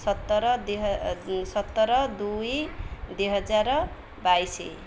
ସତର ସତର ଦୁଇ ଦୁଇ ହଜାର ବାଇଶି